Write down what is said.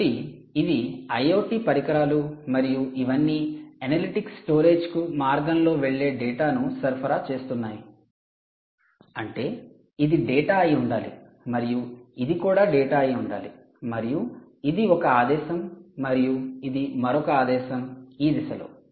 కాబట్టి ఇవి IoT పరికరాలు మరియు ఇవన్నీ అనలిటిక్స్ స్టోరేజ్ కు మార్గంలో వెళ్లే డేటాను సరఫరా చేస్తున్నాయి అంటే ఇది డేటా అయి ఉండాలి మరియు ఇది కూడా డేటా అయి ఉండాలి మరియు ఇది ఒక ఆదేశం మరియు ఇది మరొక ఆదేశం ఈ దిశలో